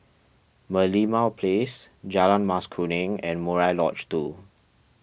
Merlimau Place Jalan Mas Kuning and Murai Lodge two